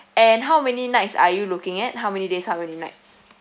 and how many nights are you looking at how many days how many nights